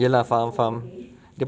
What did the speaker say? ya lah faham faham